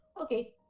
Okay